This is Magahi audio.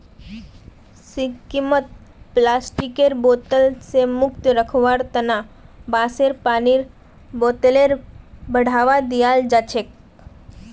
सिक्किमत प्लास्टिकेर बोतल स मुक्त रखवार तना बांसेर पानीर बोतलेर बढ़ावा दियाल जाछेक